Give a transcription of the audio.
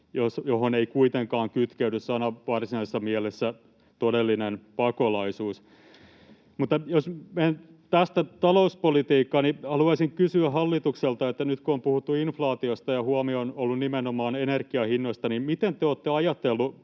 johon ei kuitenkaan kytkeydy sanan varsinaisessa mielessä todellinen pakolaisuus. Mutta jos menen tästä talouspolitiikkaan, niin haluaisin kysyä hallitukselta: nyt kun on puhuttu inflaatiosta ja huomio on ollut nimenomaan energiahinnoissa, niin miten te olette ajatelleet